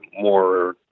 more